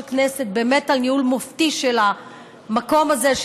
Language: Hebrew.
הכנסת על ניהול מופתי באמת של המקום הזה,